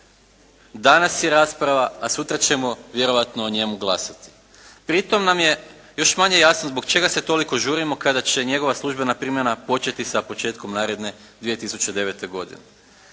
danas je rasprava, a sutra ćemo vjerojatno o njemu glasati. Pritom nam je još manje jasno zbog čega se toliko žurimo kada će njegova službena primjena početi sa početkom naredne 2009. godine.